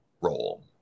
role